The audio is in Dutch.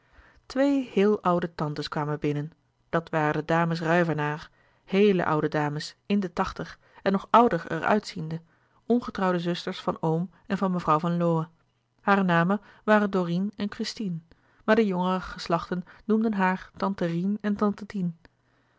twee heel oude tantes kwamen binnen dat waren de dames ruyvenaer heele oude dames in de tachtig en nog ouder er uitziende ongetrouwde zusters van oom en van mevrouw van lowe hare namen waren dorine en christine maar de jongere geslachten noemden haar tante rien en tante tien